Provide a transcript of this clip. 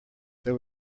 there